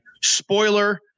spoiler